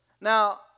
Now